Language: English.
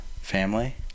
family